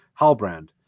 Halbrand